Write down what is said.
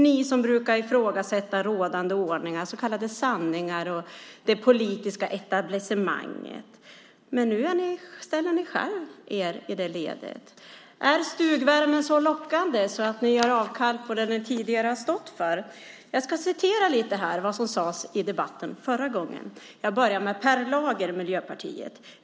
Ni som brukar ifrågasätta rådande ordningar, så kallade sanningar och det politiska etablissemanget ställer nu er själva i det ledet. Är stugvärmen så lockande att ni gör avkall på det ni tidigare har stått för? Jag ska citera vad som sades i debatten förra gången detta debatterades. Jag börjar med Per Lager från Miljöpartiet.